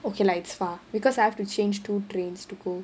okay lah it's far because I have to change two trains to go